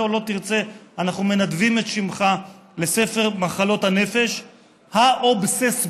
שיוביל את מדינת ישראל מרובת האתגרים וההזדמנויות.